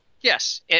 Yes